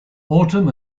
autumn